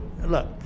look